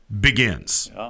begins